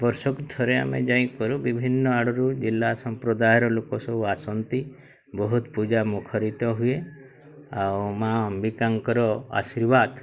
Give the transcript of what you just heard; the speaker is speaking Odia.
ବର୍ଷକୁ ଥରେ ଆମେ ଯାଇଁ କରୁ ବିଭିନ୍ନ ଆଡ଼ରୁ ଜିଲ୍ଲା ସମ୍ପ୍ରଦାୟର ଲୋକ ସବୁ ଆସନ୍ତି ବହୁତ ପୂଜା ମୁଖରିତ ହୁଏ ଆଉ ମାଆ ଅମ୍ବିକାଙ୍କର ଆଶୀର୍ବାଦ